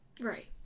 Right